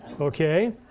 okay